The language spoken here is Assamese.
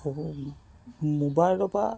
মোবাইলৰপৰা